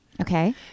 Okay